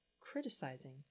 criticizing